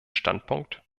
standpunkt